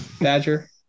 Badger